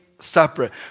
Separate